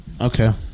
Okay